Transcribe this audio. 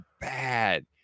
bad